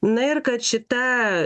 na ir kad šita